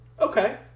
Okay